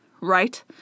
right